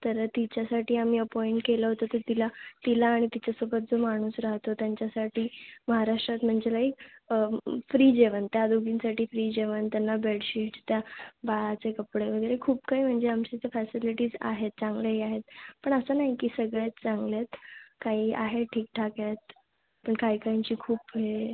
तर तिच्यासाठी आम्ही अपॉईंट केलं होतं तर तिला तिला आणि तिच्यासोबत जो माणूस राहतो त्यांच्यासाठी महाराष्ट्रात म्हणजे नाही फ्री जेवण त्या दोघींसाठी फ्री जेवण त्यांना बेडशीट त्या बाळाचे कपडे वगैरे खूप काही म्हणजे आमच्या इथं फॅसिलिटीज आहेत चांगलेही आहेत पण असं नाही की सगळेच चांगले आहेत काही आहेत ठीकठाक आहेत पण काही काहींची खूप हे